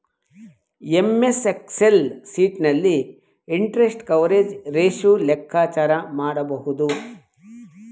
MS Excel sheet ನಲ್ಲಿ interest coverage ratio ಲೆಕ್ಕಾಚಾರ ಮಾಡಬಹುದು